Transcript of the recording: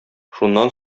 шуннан